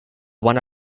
one